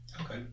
Okay